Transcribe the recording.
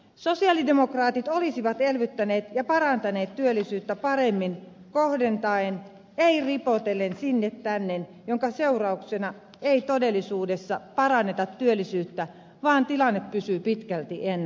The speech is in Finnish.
sosialidemokraatit olisivat elvyttäneet ja parantaneet työllisyyttä paremmin kohdentaen ei ripotellen sinne tänne minkä seurauksena ei todellisuudessa paranneta työllisyyttä vaan tilanne pysyy pitkälti ennallaan